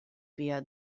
via